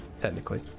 technically